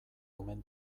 omen